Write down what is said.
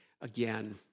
again